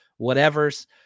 whatevers